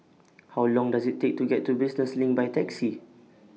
How Long Does IT Take to get to Business LINK By Taxi